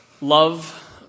love